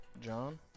John